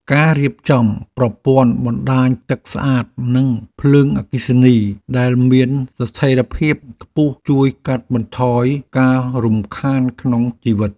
ការរៀបចំប្រព័ន្ធបណ្តាញទឹកស្អាតនិងភ្លើងអគ្គិសនីដែលមានស្ថិរភាពខ្ពស់ជួយកាត់បន្ថយការរំខានក្នុងជីវិត។